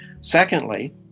Secondly